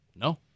No